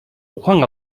ухаан